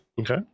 Okay